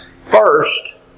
First